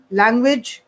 language